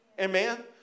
Amen